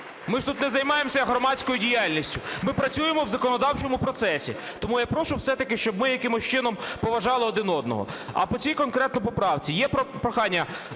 Ми ж тут не займаємося громадською діяльністю, ми працюємо в законодавчому процесі. Тому я прошу все-таки, щоб ми якимось чином поважали один одного. А по цій конкретно поправці, є прохання,